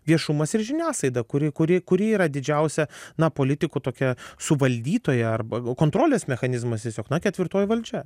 viešumas ir žiniasklaida kuri kuri kuri yra didžiausia na politikų tokia suvaldytoja arba kontrolės mechanizmas tiesiog na ketvirtoji valdžia